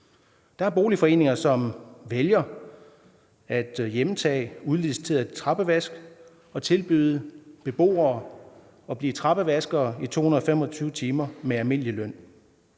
boligforeninger, som vælger at hjemtage udliciteret trappevask og tilbyde beboere at blive trappevaskere i 225 timer med almindelig løn.